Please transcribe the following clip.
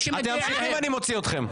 אם אתם ממשיכים אני מוציא אתכם.